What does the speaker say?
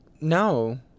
No